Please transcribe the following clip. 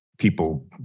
People